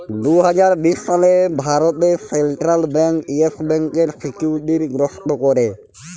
দু হাজার বিশ সালে ভারতে সেলট্রাল ব্যাংক ইয়েস ব্যাংকের সিকিউরিটি গ্রস্ত ক্যরে